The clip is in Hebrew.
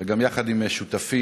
וגם יחד עם שותפי